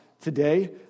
today